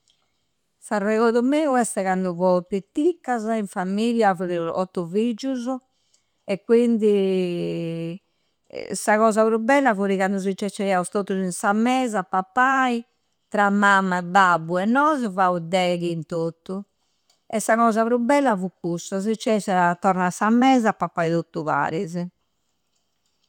S'arregodu meu este candu fuao pitticcasa, in famiglia fuadeusu otto figgioso. E quindi sa cosa pru bella fudi candu si cecceiausu tottusu in sa mesa a pappai. Tra mamma, babbu e nosu fuau deghi in tottu, e sa cosa pru bella fu cussasa. Si cecci e torra a sa mesa e pappai tottu parisi.